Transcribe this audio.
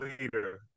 leader